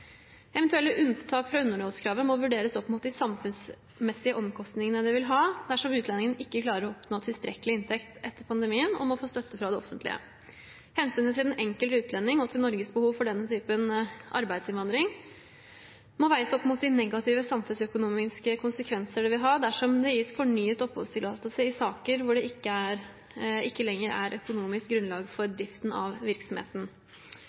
Eventuelle unntak fra underholdskravet må vurderes opp mot de samfunnsmessige omkostningene det vil ha dersom utlendingen ikke klarer å oppnå tilstrekkelig inntekt etter pandemien og må få støtte fra det offentlige. Hensynet til den enkelte utlending og til Norges behov for denne typen arbeidsinnvandring må veies opp mot de negative samfunnsøkonomiske konsekvenser det vil ha dersom det gis fornyet oppholdstillatelse i saker der det ikke lenger er økonomisk grunnlag for driften av virksomheten.